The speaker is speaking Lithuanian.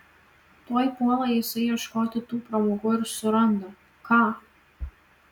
tuoj puola jisai ieškoti tų pramogų ir suranda ką